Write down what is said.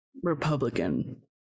republican